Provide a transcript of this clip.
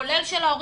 כולל של ההורים,